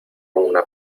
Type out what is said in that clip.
una